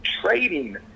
trading